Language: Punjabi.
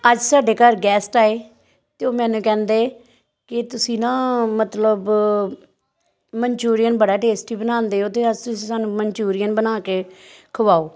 ਅੱਜ ਸਾਡੇ ਘਰ ਗੈਸਟ ਆਏ ਅਤੇ ਉਹ ਮੈਨੂੰ ਕਹਿੰਦੇ ਕਿ ਤੁਸੀਂ ਨਾ ਮਤਲਬ ਮਨਚੂਰੀਅਨ ਬੜਾ ਟੇਸਟੀ ਬਣਾਉਂਦੇ ਹੋ ਤਾਂ ਅੱਜ ਤੁਸੀਂ ਸਾਨੂੰ ਮਨਚੂਰੀਅਨ ਬਣਾ ਕੇ ਖਵਾਓ